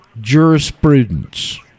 Jurisprudence